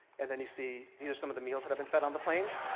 and then you see, these are some of the meals that i've been fed on the planes.